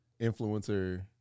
influencer